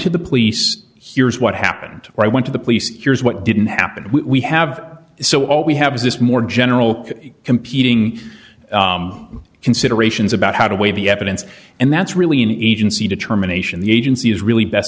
to the police here's what happened when i went to the police here's what didn't happen we have so all we have is this more general competing considerations about how to weigh the evidence and that's really an agency determination the agency is really best